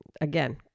Again